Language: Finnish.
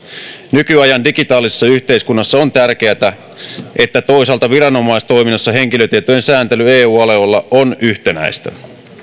nykyajan digitaalisessa yhteiskunnassa on toisaalta tärkeätä että viranomaistoiminnassa henkilötietojen sääntely eu alueella on yhtenäistä